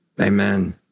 Amen